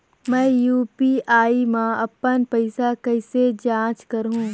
मैं यू.पी.आई मा अपन पइसा कइसे जांच करहु?